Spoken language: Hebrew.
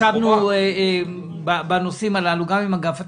ישבנו בנושאים הללו גם עם אגף התקציבים.